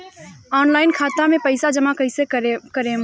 Online खाता मे पईसा जमा कइसे करेम?